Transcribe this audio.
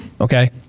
okay